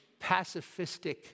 pacifistic